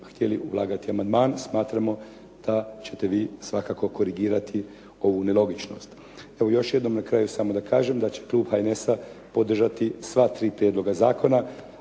htjeli ulagati amandman, smatramo da ćete vi svakako korigirati ovu nelogičnost. Evo još jednom na kraju samo da kažem da će klub HNS-a podržati sva tri prijedloga zakona,